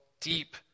deep